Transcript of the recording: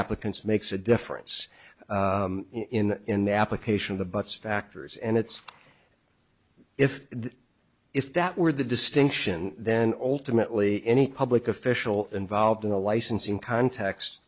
applicants makes a difference in in the application the buts factors and it's if if that were the distinction then ultimately any public official involved in a licensing cont